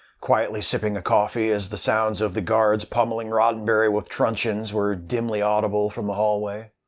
quietly sipping a coffee as the sounds of the guards pummelling roddenberry with truncheons were dimly audible from the hallway.